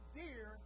dear